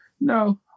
No